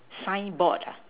signboard